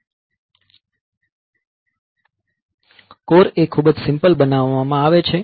core એ ખૂબ જ સિમ્પલ બનાવવામાં આવે છે